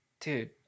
Dude